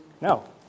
No